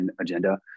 agenda